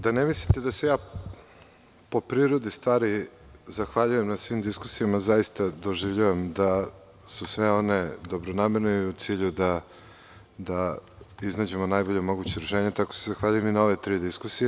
Da ne mislite da se ja po prirodi stvari zahvaljujem na svim diskusijama, zaista doživljavam da su sve one dobronamerne i u cilju da iznađemo najbolje moguće rešenje, tako da se zahvaljujem i na ove tri diskusije.